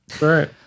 Right